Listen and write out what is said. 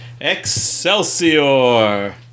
Excelsior